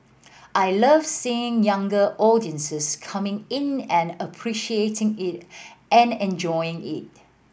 I love seeing younger audiences coming in and appreciating it and enjoying it